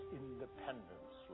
independence